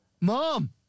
Mom